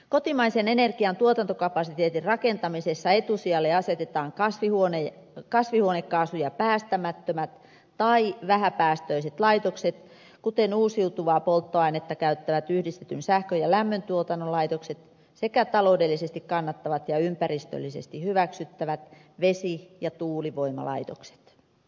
kotimaisen energian tuotantokapasiteetin rakentamisessa etusijalle asetetaan kasvihuonekaasuja päästämättömät tai vähäpäästöiset laitokset kuten uusiutuvaa polttoainetta käyttävät yhdistetyn sähkön ja lämmöntuotannon laitokset sekä taloudellisesti kannattavat ja ympäristöllisesti hyväksyttävät vesi ja tuulivoimalaitokset